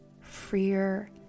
freer